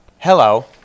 Hello